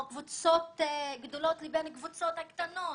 או קבוצות גדולות לבין הקבוצות הקטנות?